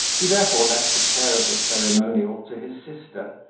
he therefore left the care of the ceremonial to his sister,